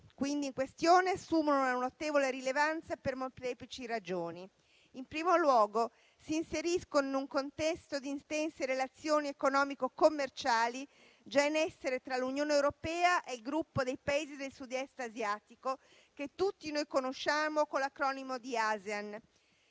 accordi in questione assumono quindi una notevole rilevanza per molteplici ragioni. In primo luogo, si inseriscono in un contesto di intense relazioni economico-commerciali già in essere tra l'Unione europea e il gruppo dei Paesi del Sud-Est asiatico, l'Association of South-East